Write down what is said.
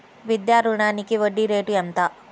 విద్యా రుణానికి వడ్డీ రేటు ఎంత?